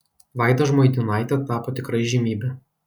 vaida žmuidinaitė tapo tikra įžymybe